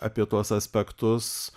apie tuos aspektus